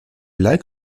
lac